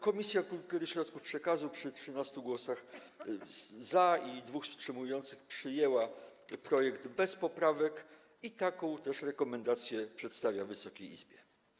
Komisja Kultury i Środków Przekazu, przy 13 głosach za i 2 wstrzymujących się, przyjęła projekt bez poprawek i taką też rekomendację przedstawia Wysokiej Izbie.